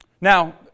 Now